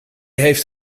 heeft